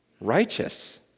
righteous